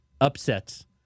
upsets